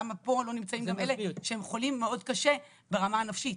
למה פה לא נמצאים גם אלה שהם חולים מאוד קשה ברמה הנפשית.